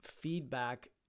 feedback